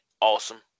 awesome